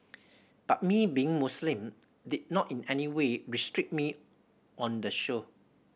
but me being Muslim did not in any way restrict me on the show